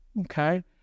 okay